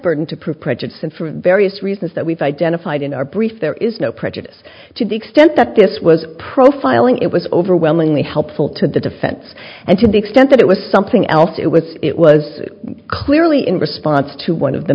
burden to prove prejudice and for various reasons that we've identified in our brief there is no prejudice to the extent that this was profiling it was overwhelmingly helpful to the defense and to the extent that it was something else it was it was clearly in response to one of the